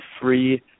free